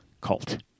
cult